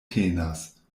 tenas